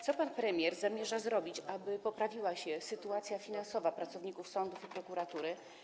Co pan premier zamierza zrobić, aby poprawiła się sytuacja finansowa pracowników sądów i prokuratury?